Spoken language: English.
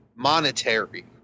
Monetary